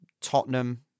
Tottenham